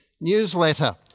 newsletter